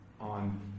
on